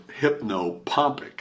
hypnopompic